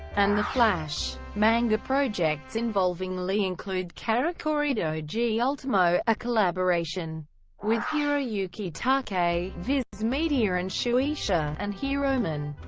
and the flash. manga projects involving lee include karakuridoji ultimo, a collaboration with hiroyuki takei, viz media and shueisha, and heroman,